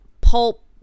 pulp